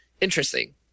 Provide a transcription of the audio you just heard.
interesting